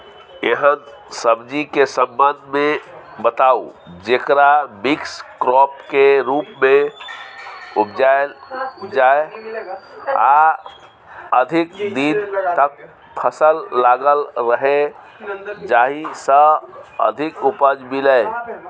एहन सब्जी के संबंध मे बताऊ जेकरा मिक्स क्रॉप के रूप मे उपजायल जाय आ अधिक दिन तक फसल लागल रहे जाहि स अधिक उपज मिले?